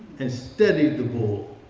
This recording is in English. and steadied the bull.